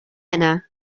yna